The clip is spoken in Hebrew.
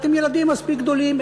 אתם ילדים מספיק גדולים,